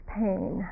pain